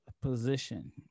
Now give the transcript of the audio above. position